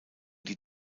die